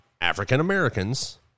African-Americans